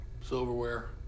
silverware